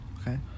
okay